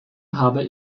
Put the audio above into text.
habe